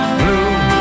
blue